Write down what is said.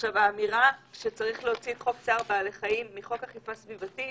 האמירה שצריך להוציא את חוק צער בעלי חיים מחוק אכיפה סביבתית,